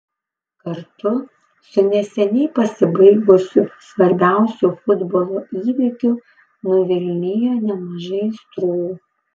kartu su neseniai pasibaigusiu svarbiausiu futbolo įvykiu nuvilnijo nemažai aistrų